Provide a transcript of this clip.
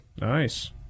Nice